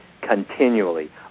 continually